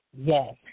Yes